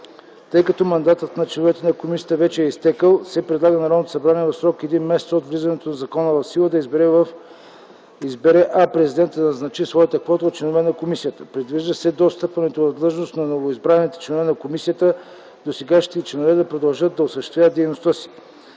Тъй като мандатът на членовете на комисията вече е изтекъл, се предлага Народното събрание в срок един месец от влизането на закона в сила да избере, а президентът да назначи своята квота от членовете на комисията. Предвижда се до встъпването в длъжност на новоизбраните членове на комисията, досегашните й членове да продължат да осъществяват дейността си.